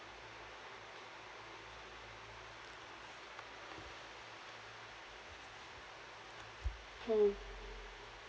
hmm